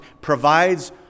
provides